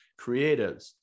creatives